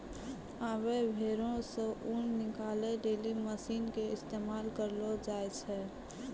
आबै भेड़ो से ऊन निकालै लेली मशीन के इस्तेमाल करलो जाय छै